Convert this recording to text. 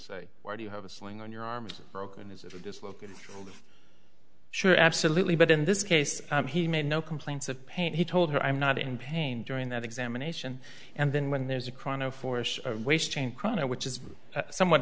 say why do you have a sling on your arm broken is a dislocated shoulder sure absolutely but in this case he made no complaints of pain he told her i'm not in pain during that examination and then when there's a crown of force or waist chain chrono which is somewhat